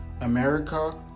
America